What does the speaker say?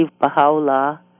Baha'u'llah